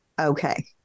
Okay